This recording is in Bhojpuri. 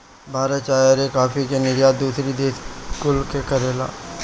भारत चाय अउरी काफी के निर्यात दूसरी देश कुल के करेला